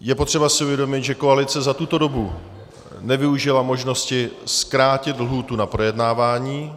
Je potřeba si uvědomit, že koalice za tuto dobu nevyužila možnosti zkrátit lhůtu na projednávání.